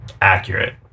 accurate